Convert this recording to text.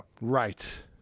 Right